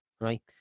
Right